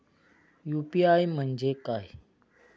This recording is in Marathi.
यु.पी.आय म्हणजे काय?